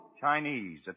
Chinese